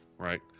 Right